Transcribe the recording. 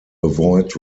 avoid